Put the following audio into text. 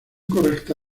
correcta